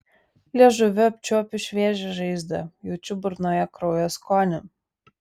liežuviu apčiuopiu šviežią žaizdą jaučiu burnoje kraujo skonį